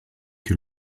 que